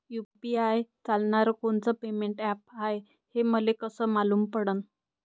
UPI चालणारं कोनचं payment app हाय, हे मले कस मालूम पडन?